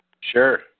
Sure